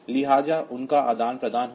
लिहाजा उनका आदान प्रदान होगा